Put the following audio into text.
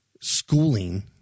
schooling